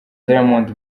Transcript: diamond